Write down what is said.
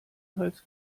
hals